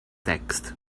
text